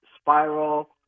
Spiral